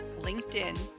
LinkedIn